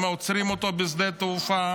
עוצרים אותו בשדה התעופה,